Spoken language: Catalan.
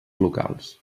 locals